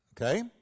Okay